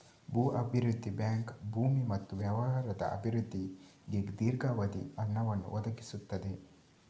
ಭೂ ಅಭಿವೃದ್ಧಿ ಬ್ಯಾಂಕ್ ಭೂಮಿ ಮತ್ತು ವ್ಯವಹಾರದ ಅಭಿವೃದ್ಧಿಗೆ ದೀರ್ಘಾವಧಿಯ ಹಣವನ್ನು ಒದಗಿಸುತ್ತದೆ